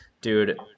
Dude